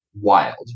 wild